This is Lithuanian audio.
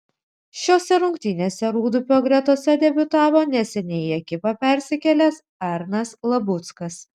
šiose rungtynėse rūdupio gretose debiutavo neseniai į ekipą persikėlęs arnas labuckas